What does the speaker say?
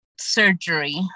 surgery